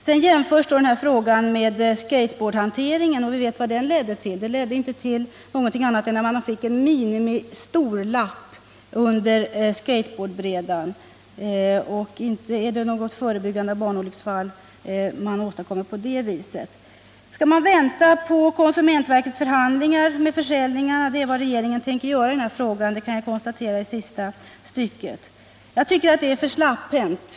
Sedan jämförs den här frågan med skateboardhanteringen, och vi vet vad diskussionerna därvidlag ledde till — nämligen till att det finns en minimal lapp under skateboardbrädorna. Och inte förebygger man barnolycksfall på det viset! Skall man vänta på konsumentverkets förhandlingar med försäljarna? Det är vad regeringen tänker göra i den här frågan, det kan jag konstatera i svarets näst sista stycke. Jag tycker det är för släpphänt!